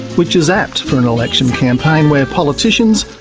which is apt for an election campaign where politicians,